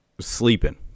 sleeping